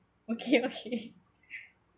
okay okay